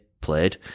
played